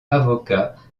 avocat